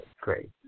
great